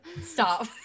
Stop